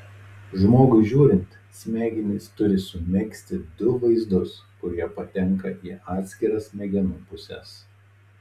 žmogui žiūrint smegenys turi sumegzti du vaizdus kurie patenka į atskiras smegenų puses